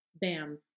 bam